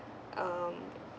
um